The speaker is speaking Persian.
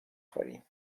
خوریم